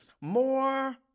More